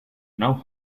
know